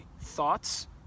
thoughts